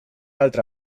altra